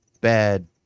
bad